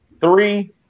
Three